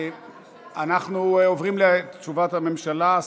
אנחנו עוברים לתשובת הממשלה,